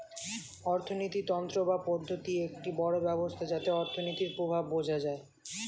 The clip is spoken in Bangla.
অর্থিনীতি তন্ত্র বা পদ্ধতি একটি বড় ব্যবস্থা যাতে অর্থনীতির প্রভাব বোঝা যায়